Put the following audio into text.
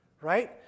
Right